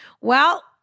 Well-